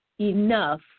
enough